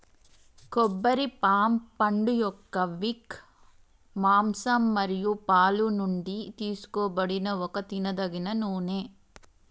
కొబ్బరి పామ్ పండుయొక్క విక్, మాంసం మరియు పాలు నుండి తీసుకోబడిన ఒక తినదగిన నూనె